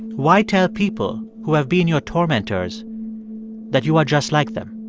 why tell people who have been your tormentors that you are just like them?